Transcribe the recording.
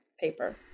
paper